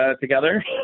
together